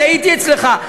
אני הייתי אצלך.